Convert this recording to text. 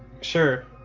sure